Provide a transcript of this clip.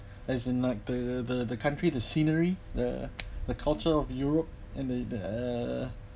as in like the the country the scenery the the culture of europe and then uh